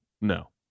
no